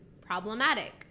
problematic